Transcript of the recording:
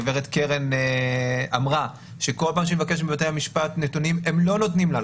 גברת קרן אמרה שבכל פעם שהיא מבקשת מבתי המשפט נתונים הם לא נותנים לה,